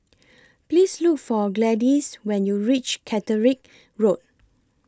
Please Look For Gladyce when YOU REACH Catterick Road